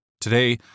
Today